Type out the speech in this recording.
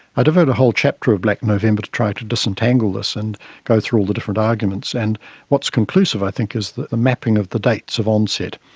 i devote a whole chapter of black november to try to disentangle this and go through all the different arguments, and what is conclusive i think is the the mapping of the dates of onset,